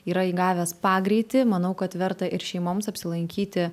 yra įgavęs pagreitį manau kad verta ir šeimoms apsilankyti